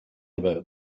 about